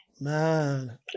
Man